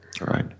Right